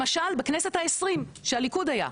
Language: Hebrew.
למשל בכנסת ה- 20 שהליכוד היה,